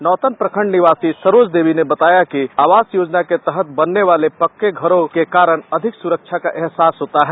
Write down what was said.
नौतन प्रखंड निवासी सरोज देवी ने बताया कि आवास योजना के तहत बनने वाले पक्के घरों के कारण अधिक सुरक्षा का एहसास होता है